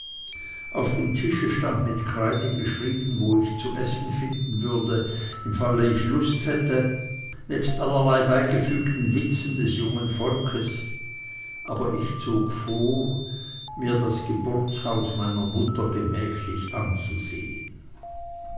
auf dem tische stand mit kreide geschrieben wo ich zu essen finden würde im falle ich lust hätte nebst allerlei beigefügten witzen des jungen volkes aber ich zog vor mir das geburtshaus meiner mutter nun gemächlich anzusehen